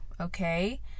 Okay